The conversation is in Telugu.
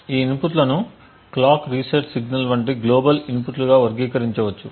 ఈ ఇన్పుట్లను క్లాక్ రీసెట్ సిగ్నల్ వంటి గ్లోబల్ ఇన్పుట్ లుగా వర్గీకరించవచ్చు